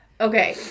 Okay